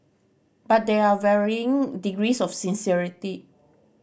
but there are varying degrees of sincerity